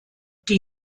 die